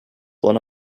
one